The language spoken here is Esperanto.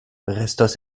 restos